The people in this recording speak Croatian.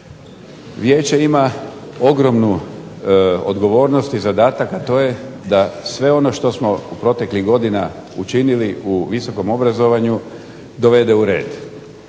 Vijeće ima ogromnu odgovornost i zadatak, a to je da sve ono što smo proteklih godina učinili u visokom obrazovanju dovede u red.